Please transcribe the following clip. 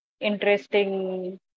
interesting